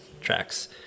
tracks